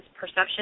perception